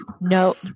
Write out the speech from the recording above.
No